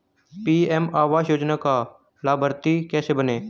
PM आवास योजना का लाभर्ती कैसे बनें?